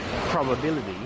probability